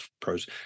pros